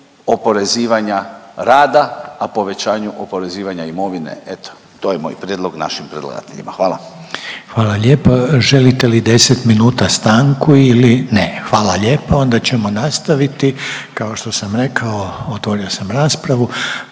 oporezivanja rada, a povećanju oporezivanja imovine. Eto, to je moj prijedlog našim predlagateljima. Hvala. **Reiner, Željko (HDZ)** Hvala lijepo. Želite li 10 minuta stanku ili ne? Hvala lijepo, onda ćemo nastaviti. Kao što sam rekao otvorio sam raspravu,